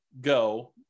go